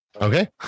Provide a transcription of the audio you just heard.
okay